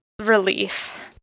relief